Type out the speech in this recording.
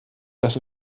dass